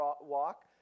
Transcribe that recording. walk